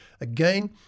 again